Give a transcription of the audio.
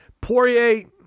Poirier